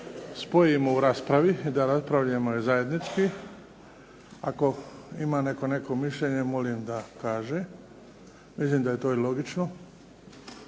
spojimo u raspravi da raspravimo ih zajednički. Ako ima netko neko mišljenje molim da kaže? Mislim da je to i logično.